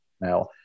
now